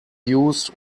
used